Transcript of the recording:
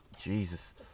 Jesus